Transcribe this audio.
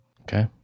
Okay